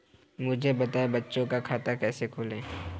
मुझे बताएँ बच्चों का खाता कैसे खोलें?